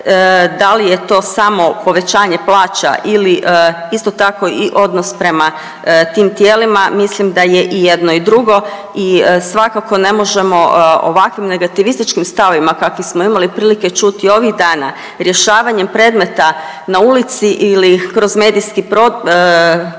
Da li je to samo povećanje plaća ili isto tako i odnos prema tim tijelima, mislim da je i jedno i drugo. I svakako ne možemo ovakvim negativističkim stavovima kakve smo imali prilike čuti ovih dana rješavanjem predmeta na ulici ili kroz medijski prostor